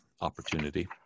opportunity